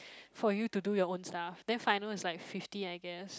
for you to do your own stuff then final is like fifty I guess